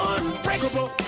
Unbreakable